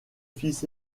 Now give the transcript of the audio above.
fils